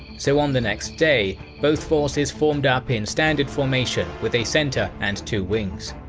so on the next day both forces formed up in standard formation with a center and two wings.